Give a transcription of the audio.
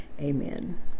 Amen